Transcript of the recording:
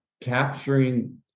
capturing